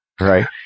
right